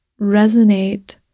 resonate